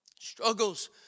struggles